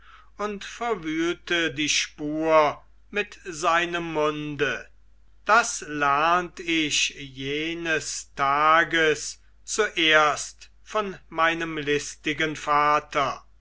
und verwühlte die spur mit seinem munde das lernt ich jenes tages zuerst von meinem listigen vater